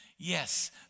Yes